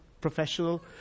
professional